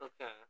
Okay